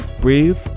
breathe